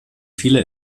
viele